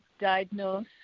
diagnose